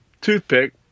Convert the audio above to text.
toothpick